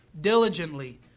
diligently